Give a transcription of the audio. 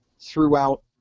throughout